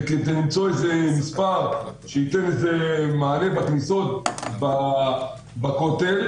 זה כדי למצוא מספר שייתן מענה בכניסות בכותל,